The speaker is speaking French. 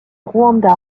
rwanda